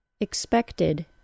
Expected